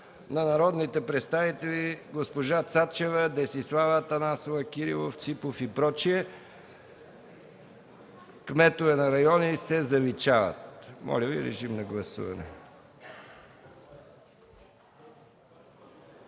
на народните представители Цецка Цачева, Десислава Атанасова, Кирилов, Ципов и прочие: „кметове на райони” се заличават.” Моля, гласувайте.